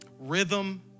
rhythm